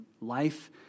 Life